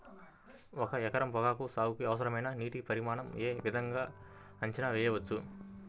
ఒక ఎకరం పొగాకు సాగుకి అవసరమైన నీటి పరిమాణం యే విధంగా అంచనా వేయవచ్చు?